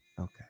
Okay